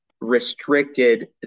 restricted